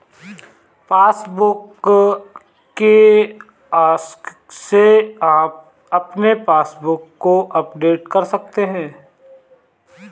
passbook kiosk से आप अपने पासबुक को अपडेट कर सकते हैं